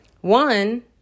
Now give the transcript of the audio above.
One